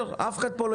עליכם?